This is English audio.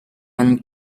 and